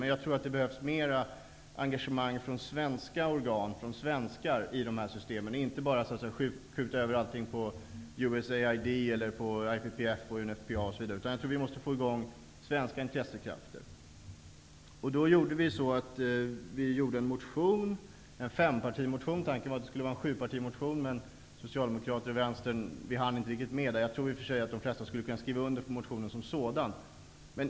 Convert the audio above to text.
Men jag tror att det behövs mer engagemang från svenska organ och från svenskar i dessa system. Vi skall inte bara skjuta över allt på USAID, IPPF och UNFPA. Vi måste få i gång svenska intressekrafter. För att göra detta skrev vi en fempartimotion. Tanken var att det skulle vara en sjupartimotion, men vi hann inte riktigt få med Socialdemokraterna och Vänsterpartiet. Jag tror i och för sig att de flesta skulle kunna skriva under motionen som sådan.